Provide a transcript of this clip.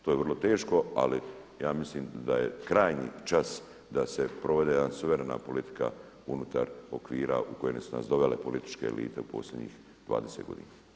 To je vrlo teško ali ja mislim da je krajnji čas da se provede jedna suvremena politika unutar okvira u koje su nas dovele političke elite u posljednjih 20 godina.